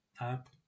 app